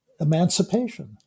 emancipation